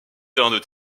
terrains